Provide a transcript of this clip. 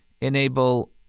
enable